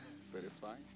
Satisfying